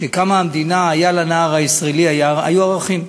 כשקמה המדינה, לנער הישראלי היו ערכים,